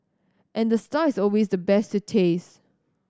and the star is always the best to taste